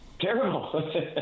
terrible